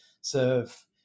serve